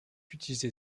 utilisé